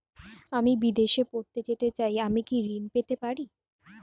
আমি বিদেশে পড়তে যেতে চাই আমি কি ঋণ পেতে পারি?